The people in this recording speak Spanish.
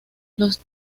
los